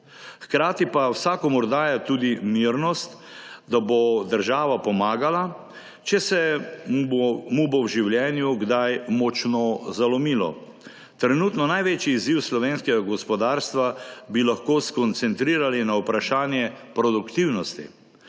Hkrati pa vsakomur daje tudi mirnost, da bo država pomagala, če se mu bo v življenju kdaj močno zalomilo. Trenutno največji izziv slovenskega gospodarstva bi lahko skoncentrirali na vprašanje produktivnosti.